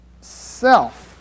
Self